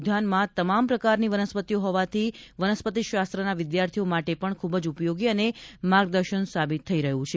ઉદ્યાનમાં તમામ પ્રકારની વનસ્પતિઓ હોવાથી વનસ્પતિ શાસ્ત્રના વિદ્યાર્થીઓ માટે પણ ખૂબ જ ઉપયોગી અને માર્ગદર્શ સાબિત થઇ રહ્યું છે